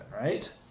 right